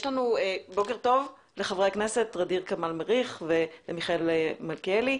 בוקר טוב לחברי הכנסת ע'דיר כמאל מריח ומיכאל מלכיאלי.